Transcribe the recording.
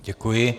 Děkuji.